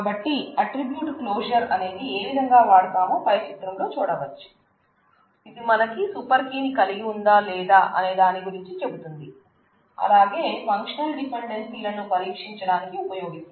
కాబట్టి ఆట్రిబ్యూట్ క్లోజర్లను పరీక్షించడానికి ఉపయోగిస్తాం